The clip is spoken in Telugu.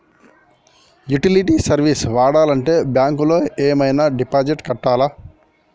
యుటిలిటీ సర్వీస్ వాడాలంటే బ్యాంక్ లో ఏమైనా డిపాజిట్ కట్టాలా?